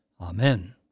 Amen